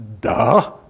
duh